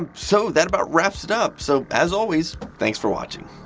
um so that about wraps it up. so, as always, thanks for watching.